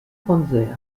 panzer